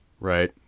right